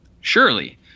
surely